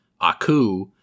Aku